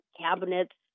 cabinets